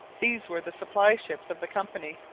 these were the supply-ships of the company,